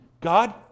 God